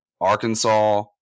Arkansas